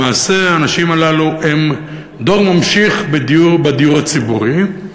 למעשה, האנשים הללו הם דור ממשיך בדיור הציבורי,